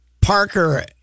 Parker